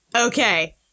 Okay